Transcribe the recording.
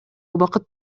убакыт